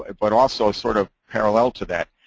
ah but also sort of parallel to that,